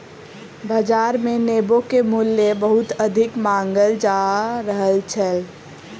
बाजार मे नेबो के मूल्य बहुत अधिक मांगल जा रहल छल